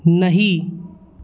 नहीं